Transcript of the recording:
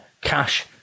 cash